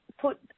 put